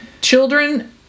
children